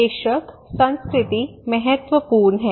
बेशक संस्कृति महत्वपूर्ण है